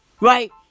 Right